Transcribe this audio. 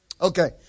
Okay